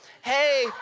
Hey